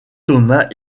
thomas